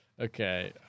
Okay